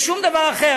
בשום דבר אחר,